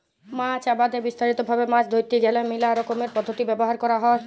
মাছ আবাদে বিস্তারিত ভাবে মাছ ধরতে গ্যালে মেলা রকমের পদ্ধতি ব্যবহার ক্যরা হ্যয়